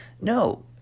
No